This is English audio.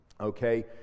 Okay